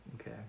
Okay